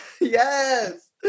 yes